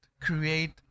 create